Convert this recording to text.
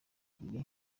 ibiri